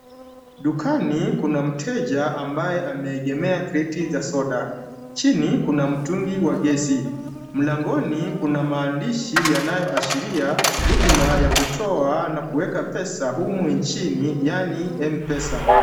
Dukani kuna mteja ambaye ameegemea kreti za soda. Chini kuna mtungi wa gesi. Mlangoni kuna maandishi yanayoashiria huduma ya kutoa na kuweka pesa humu nchini yaani mpesa.